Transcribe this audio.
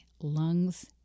lungs